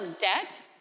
debt